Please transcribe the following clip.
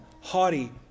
haughty